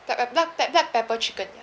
bla~ bla~ black pepper chicken